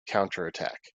counterattack